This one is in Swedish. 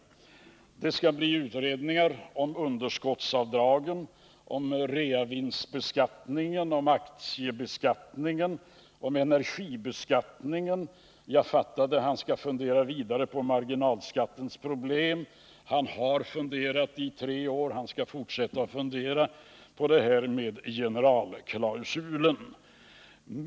Det skall bli utredningar om underskottsavdragen, om reavinstbeskattningen, om aktiebeskattningen, om energibeskattningen. Om jag fattade honom rätt skall han fundera vidare på marginalskattens problem. Han har funderat i tre år — han skall fortsätta att fundera på en generalklausul.